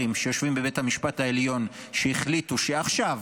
שיושבים בבית המשפט העליון שהחליטו שעכשיו,